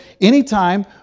anytime